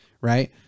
right